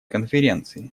конференции